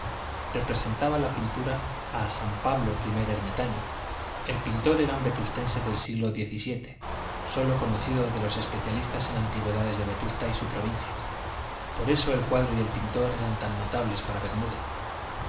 representaba la pintura a san pablo primer ermitaño el pintor era un vetustense del siglo diez y siete sólo conocido de los especialistas en antigüedades de vetusta y su provincia por eso el cuadro y el pintor eran tan notables para bermúdez